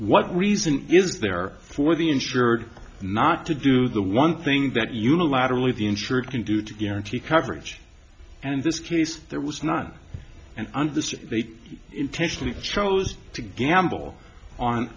what reason is there for the insured not to do the one thing that unilaterally the insurer can do to guarantee coverage and in this case there was not and understood they intentionally chose to gamble on